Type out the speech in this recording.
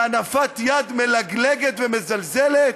בהנפת יד מלגלגת ומזלזלת.